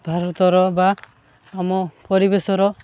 ଭାରତର ବା ଆମ ପରିବେଶର